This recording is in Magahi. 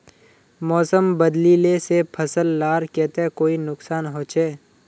मौसम बदलिले से फसल लार केते कोई नुकसान होचए?